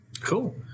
Cool